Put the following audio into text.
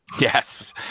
Yes